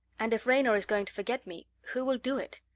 and if raynor is going to forget me, who will do it?